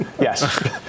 Yes